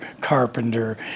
carpenter